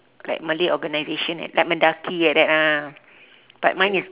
like malay organisation like like mendaki like that ah but mine is